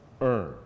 earn